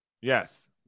Yes